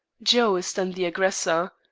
joe is then the aggressor!